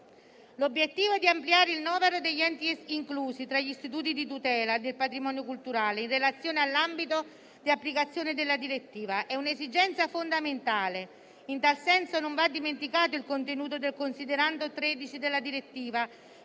L'obiettivo di ampliare il novero degli altri enti inclusi tra gli istituti di tutela del patrimonio culturale in relazione all'ambito di applicazione della direttiva è un'esigenza fondamentale. In tal senso, non va dimenticato il contenuto del considerando 13 della direttiva,